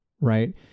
right